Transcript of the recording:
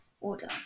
order